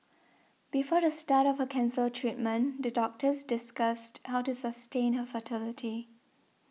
before the start of her cancer treatment the doctors discussed how to sustain her fertility